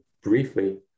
briefly